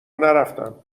نرفتم